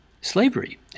slavery